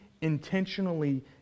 intentionally